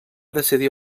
decidir